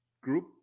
group